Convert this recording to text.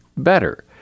better